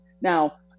Now